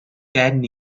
gen